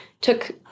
Took